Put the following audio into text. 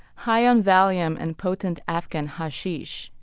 high on valium and potent afghan hashish,